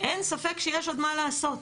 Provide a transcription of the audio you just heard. אין ספק שיש עוד מה לעשות,